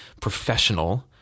professional